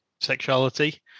sexuality